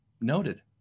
noted